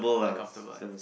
uncomfortable uncomfortable